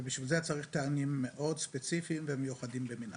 ובשביל זה צריך טעמים ספציפיים מאוד ומיוחדים במינם.